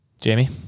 Jamie